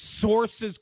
sources